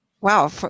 wow